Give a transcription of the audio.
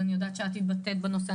אני יודעת שאת התבטאת בנושא.